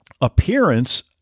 appearance